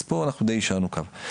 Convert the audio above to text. אז פה אנחנו די יישרנו קו.